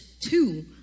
two